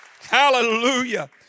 Hallelujah